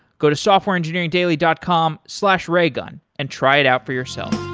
go to softwareengineeringdaily dot com slash raygun and try it out for yourself.